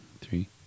three